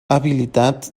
habilitat